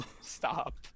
Stop